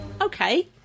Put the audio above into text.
Okay